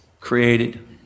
created